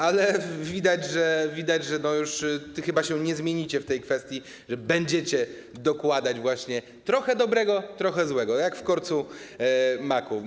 Ale widać, że wy chyba już się nie zmienicie w tej kwestii, że będziecie dokładać właśnie trochę dobrego, trochę złego, jak w korcu maku.